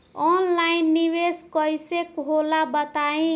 Online निवेस कइसे होला बताईं?